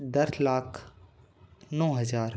दस लाख नौ हज़ार